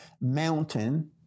mountain